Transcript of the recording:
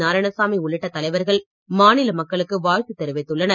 நாராயணசாமி உள்ளிட்ட தலைவர்கள் மாநில மக்களக்கு வாழ்த்து தெரிவித்துள்ளனர்